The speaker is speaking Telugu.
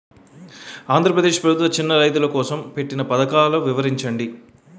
ఆంధ్రప్రదేశ్ ప్రభుత్వ చిన్నా రైతుల కోసం పెట్టిన పథకాలు వివరించండి?